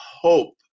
hope